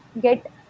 get